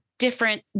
different